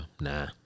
nah